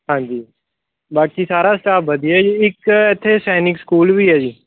ਹਾਂਜੀ ਬਾਕੀ ਸਾਰਾ ਸਟਾਫ ਵਧੀਆ ਜੀ ਇੱਕ ਇੱਥੇ ਸੈਨਿਕ ਸਕੂਲ ਵੀ ਹੈ ਜੀ